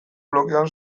blokean